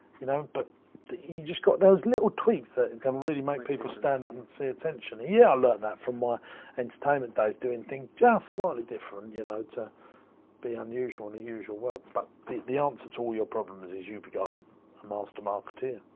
you know but you just got those little tweaks that can make people stand up and see attention. yeah i learned that from my entertainment days, doing thing just slightly different, you know, to be unusual in a usual world. but the the answer to all your problems is you become a master marketeer.